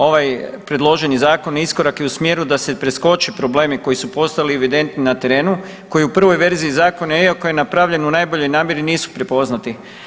Ovaj predloženi zakon je iskorak i u smjeru da se preskoči problemi koji su postali evidentni na terenu koji u prvoj verziji Zakona, iako je napravljen u najboljoj zamjeri, nisu prepoznati.